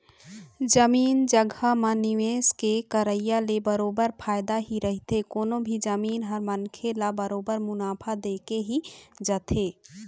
जमीन जघा म निवेश के करई ले बरोबर फायदा ही रहिथे कोनो भी जमीन ह मनखे ल बरोबर मुनाफा देके ही जाथे